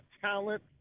talent